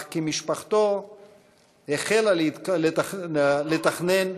אך כשמשפחתו החלה לתכנן